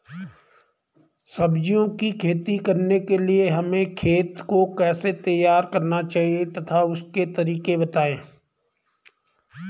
सब्जियों की खेती करने के लिए हमें खेत को कैसे तैयार करना चाहिए तथा उसके तरीके बताएं?